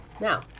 now